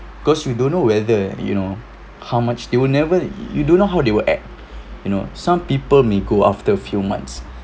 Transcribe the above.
cause we don't know whether you know how much they will never you don't know how they will act you know some people may go after a few months